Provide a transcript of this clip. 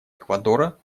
эквадора